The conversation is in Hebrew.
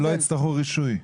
שלא יצטרכו רישוי?